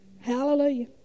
Hallelujah